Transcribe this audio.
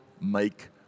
make